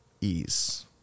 ease